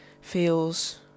feels